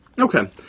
Okay